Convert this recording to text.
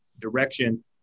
direction